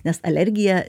nes alergija